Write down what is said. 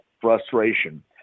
frustration